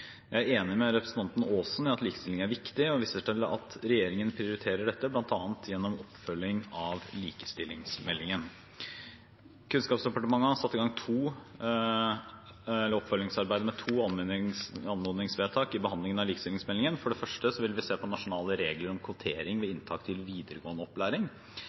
Jeg er enig med representanten Aasen i at likestilling er viktig, og regjeringen prioriterer dette bl.a. gjennom oppfølging av likestillingsmeldingen. Kunnskapsdepartementet har satt i gang oppfølgingsarbeid med to anmodningsvedtak i behandlingen av likestillingsmeldingen. For det første vil vi se på nasjonale regler om kvotering ved inntak til videregående opplæring.